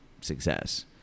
success